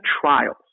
trials